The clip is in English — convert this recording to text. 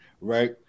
right